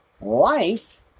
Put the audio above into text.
life